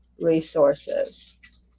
resources